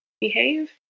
behave